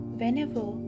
whenever